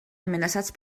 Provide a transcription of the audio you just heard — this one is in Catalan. amenaçats